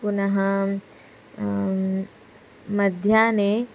पुनः मध्याह्ने